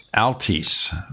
Altis